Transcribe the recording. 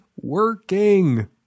working